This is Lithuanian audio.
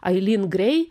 alilyn grei